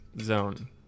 zone